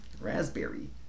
Raspberry